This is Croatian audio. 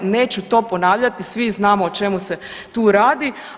Neću to ponavljati svi znamo o čemu se tu radi.